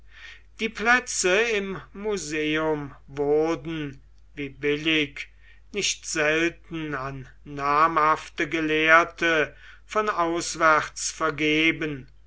die plätze im museum wurden wie billig nicht selten an namhafte gelehrte von auswärts vergeben